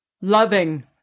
Loving